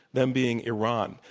them being iran.